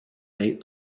date